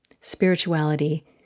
Spirituality